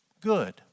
good